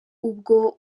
ubwo